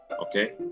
Okay